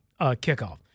kickoff